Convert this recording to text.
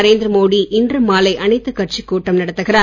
நரேந்திர மோடி இன்று மாலை அனைத்துக் கட்சிக் கூட்டம் நடத்துகிறார்